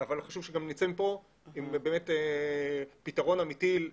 אבל חשוב שגם נצא מפה עם באמת פתרון אמיתי.